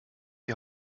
die